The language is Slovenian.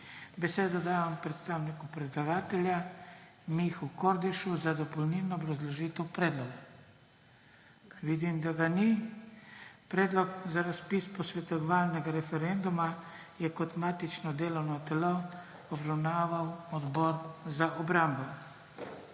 Besedo dajem predstavniku predlagatelja Mihi Kordišu za dopolnilno obrazložitev predloga. Vidim, da ga ni. Predlog za razpis posvetovalnega referenduma je kot matično delovno telo obravnaval Odbor za obrambo.